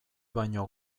baino